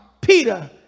Peter